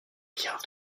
bien